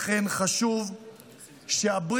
לכן חשוב שהברית